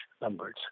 numbers